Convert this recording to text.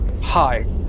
hi